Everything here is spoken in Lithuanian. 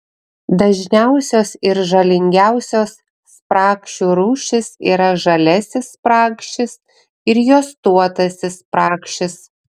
dažniausios ir žalingiausios spragšių rūšys yra žaliasis spragšis ir juostuotasis spragšis